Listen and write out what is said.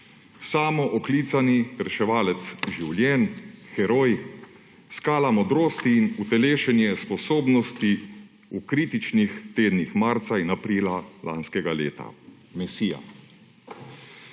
samooklicani reševalec življenj, heroj, skala modrosti in utelešenje sposobnosti v kritičnih tednih marca in aprila lanskega leta. Mesija.«